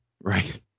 right